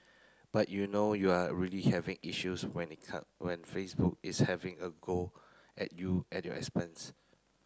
but you know you are really having issues when it come when Facebook is having a go at you at your expense